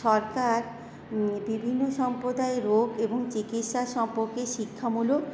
সরকার বিভিন্ন সম্প্রদায়ের রোগ এবং চিকিৎসা সম্পর্কে শিক্ষামূলক